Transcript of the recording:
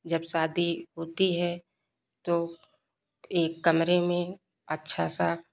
जब शादी होती है तो एक कमरे में अच्छा सा